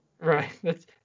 right